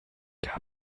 gab